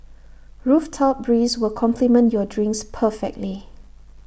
rooftop breeze will complement your drinks perfectly